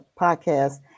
podcast